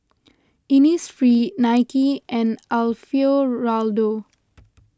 Innisfree Nike and Alfio Raldo